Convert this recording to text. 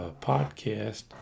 podcast